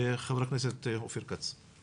חבר הכנסת אופיר כץ.